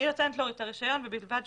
היא נותנת לו את הרישיון ובלבד שהוא